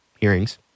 hearings